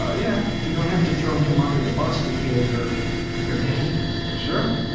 yeah. you don't have to throw him under the bus to feel your your pain. sure.